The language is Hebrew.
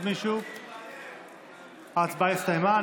ההצבעה הסתיימה.